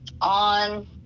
on